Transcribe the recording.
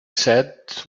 said